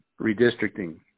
redistricting